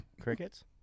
Crickets